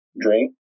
drink